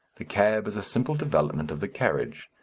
the cab is a simple development of the carriage,